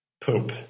poop